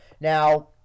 Now